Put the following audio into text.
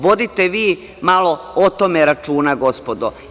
Vodite vi malo o tome računa, gospodo.